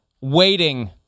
waiting